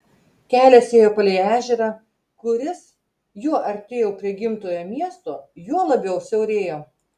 kelias ėjo palei ežerą kuris juo artėjau prie gimtojo miesto juo labiau siaurėjo